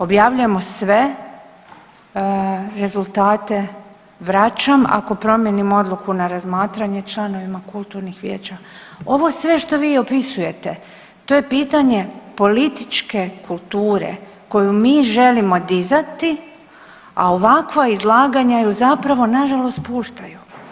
Objavljujemo sve rezultate, vraćam ako promijenim odluku na razmatranje članovima kulturnih vijeća, ovo sve što vi opisujete to je pitanje političke kulture koju mi želimo dizati, a ovakva izlaganja ju zapravo nažalost spuštaju.